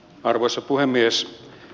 arvoisa puhemies